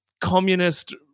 communist